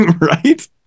right